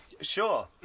Sure